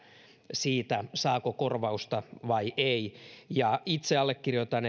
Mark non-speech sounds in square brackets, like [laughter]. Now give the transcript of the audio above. siitä saako korvausta vai ei itse allekirjoitan [unintelligible]